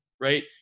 right